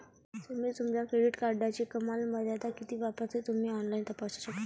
तुम्ही तुमच्या क्रेडिट कार्डची कमाल मर्यादा किती वापरता ते तुम्ही ऑनलाइन तपासू शकता